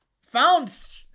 found